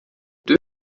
deux